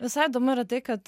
visai įdomu yra tai kad